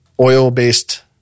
oil-based